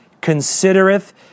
considereth